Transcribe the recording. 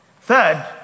Third